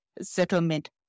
settlement